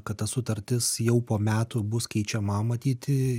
kad ta sutartis jau po metų bus keičiama matyti